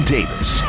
Davis